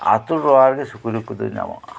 ᱟᱹᱛᱩ ᱴᱚᱞᱟ ᱨᱮᱜᱮ ᱥᱩᱠᱨᱤ ᱠᱚᱫᱚ ᱧᱟᱢᱚᱜᱼᱟ